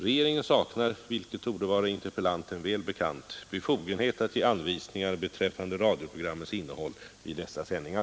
Regeringen saknar, vilket torde vara interpellanten väl bekant, befogenhet att ge anvisningar beträffande radioprogrammens innehåll vid dessa sändningar.